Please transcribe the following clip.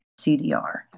CDR